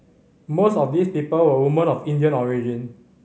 most of these people were woman of Indian origin